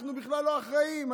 בכלל לא אחראים,